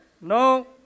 no